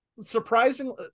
Surprisingly